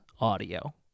audio